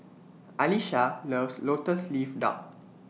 Alisha loves Lotus Leaf Duck